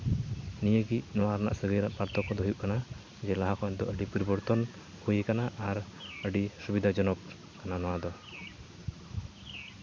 ᱱᱤᱭᱟᱹ ᱜᱮ ᱱᱚᱣᱟ ᱨᱮᱭᱟᱜ ᱥᱟᱹᱜᱟᱹᱭ ᱨᱮᱭᱟᱜ ᱯᱟᱨᱛᱷᱚᱠᱠᱚ ᱫᱚ ᱦᱩᱭᱩᱜ ᱠᱟᱱᱟ ᱡᱮ ᱞᱟᱦᱟ ᱠᱷᱚᱱ ᱱᱤᱛᱳᱜ ᱠᱟᱹᱴᱤᱡ ᱯᱚᱨᱤᱵᱚᱨᱛᱚᱱ ᱦᱩᱭ ᱠᱟᱱᱟ ᱟᱨ ᱟᱹᱰᱤ ᱥᱩᱵᱤᱫᱟ ᱡᱚᱱᱚᱠ ᱠᱟᱱᱟ ᱱᱚᱣᱟ ᱫᱚ